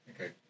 Okay